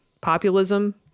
populism